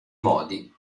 modi